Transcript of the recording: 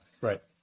Right